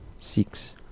Six